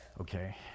okay